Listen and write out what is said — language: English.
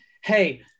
Hey